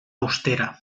austera